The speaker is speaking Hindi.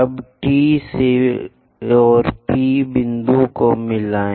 अब T और P बिंदुओं को मिलाएं